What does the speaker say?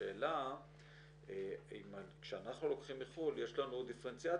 השאלה אם כשאנחנו לוקחים מחו"ל יש לנו דיפרנציאציה,